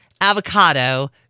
avocado